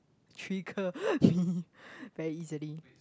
trigger me very easily